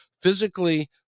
physically